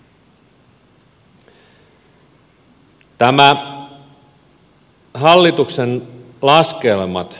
hallituksen laskelmat